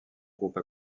groupe